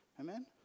Amen